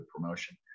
promotion